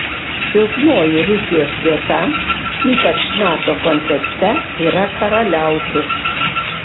silpnoji rusijos vieta ypač nato kontekste yra karaliaučius